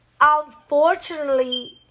unfortunately